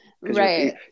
Right